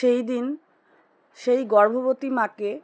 সেইদিন সেই গর্ভবতী মাকে